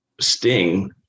Sting